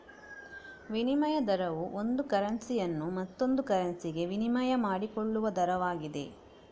ವಿನಿಮಯ ದರವು ಒಂದು ಕರೆನ್ಸಿಯನ್ನು ಮತ್ತೊಂದು ಕರೆನ್ಸಿಗೆ ವಿನಿಮಯ ಮಾಡಿಕೊಳ್ಳುವ ದರವಾಗಿದೆ